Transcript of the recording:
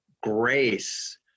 Grace